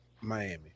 Miami